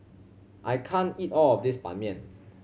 I can't eat all of this Ban Mian